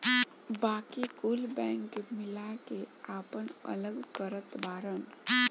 बाकी कुल बैंक मिला के आपन अलग करत बाड़न